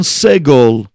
segol